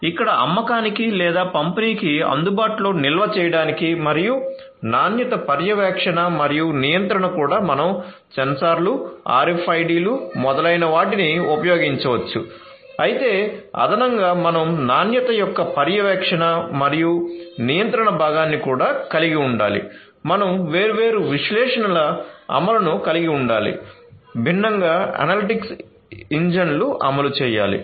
ఇక్కడ అమ్మకానికి లేదా పంపిణీకి అందుబాటులో నిల్వ చేయడానికి మరియు నాణ్యత పర్యవేక్షణ మరియు నియంత్రణ కూడా మనం సెన్సార్లు RFID లు మొదలైనవాటిని ఉపయోగించవచ్చు అయితే అదనంగా మనం నాణ్యత యొక్క పర్యవేక్షణ మరియు నియంత్రణ భాగాన్ని కూడా కలిగి ఉండాలి మనం వేర్వేరు విశ్లేషణల అమలును కలిగి ఉండాలి భిన్నంగా అనలిటిక్స్ ఇంజన్లు అమలు చేయాలి